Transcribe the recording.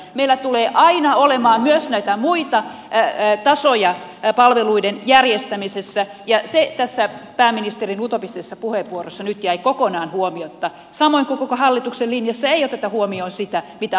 meillä tulee aina olemaan myös näitä muita tasoja palveluiden järjestämisessä ja se tässä pääministerin utopistisessa puheenvuorossa nyt jäi kokonaan huomiotta samoin kuin koko hallituksen linjassa ei oteta huomioon sitä mitä asiantuntijat sanovat